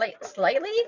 slightly